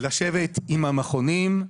לשבת עם המכונים,